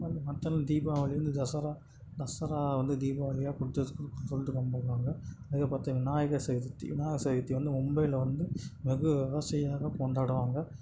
தீபாவளி வந்து தசரா தசரா வந்து தீபாவளியாக கொண்டு வந்துடுறாங்க விநாயகர் சதுர்த்தி விநாயகர் சதுர்த்தி வந்து மும்பையில் வந்து வெகு விமரிசையாக கொண்டாடுவாங்க